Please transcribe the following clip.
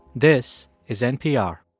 this is npr